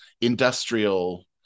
industrial